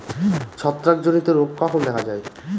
ছত্রাক জনিত রোগ কখন দেখা য়ায়?